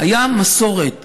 הייתה מסורת,